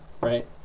right